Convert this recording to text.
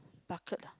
bucket ah